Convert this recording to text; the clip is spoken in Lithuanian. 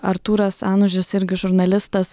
artūras anužis irgi žurnalistas